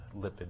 lipid